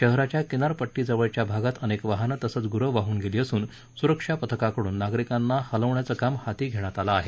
शहराच्या किनारपट्टीजवळीलभागत अनेक वाहनं तसंच गुरं वाहून गेली असून सुरक्षा पथकाकडून नागरिकांना हलवण्याचं काम हाती घेण्यात आलं आहे